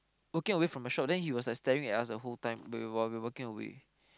walking away from a shop then he was staring at us the whole time while we were walking away